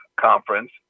conference